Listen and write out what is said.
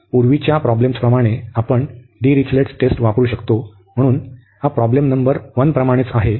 पूर्वीच्या प्रॉब्लेम्सप्रमाणे आपण डिरिचलेट टेस्ट वापरू शकतो म्हणून ही प्रॉब्लेम नंबर 1 प्रमाणेच आहे